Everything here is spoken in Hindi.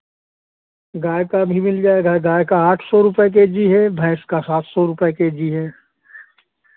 गाय का भी मिल जाएगा गाय का आठ सौ रुपए के जी है भैंस का सात सौ रुपए के जी है